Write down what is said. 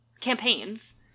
Campaigns